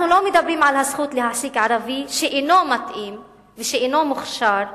אנחנו לא מדברים על הזכות להעסיק ערבי שאינו מתאים ושאינו מוכשר לתפקיד.